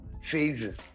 phases